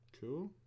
Cool